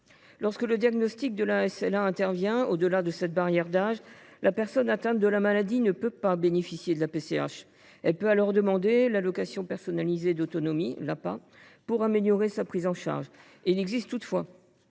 Lorsque le diagnostic de la SLA intervient au delà de cette barrière d’âge, la personne atteinte de la maladie ne peut pas bénéficier de la PCH. Elle peut alors demander l’allocation personnalisée d’autonomie, l’APA, pour améliorer sa prise en charge. Il existe toutefois